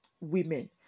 Women